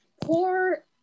poor